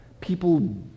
people